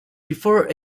before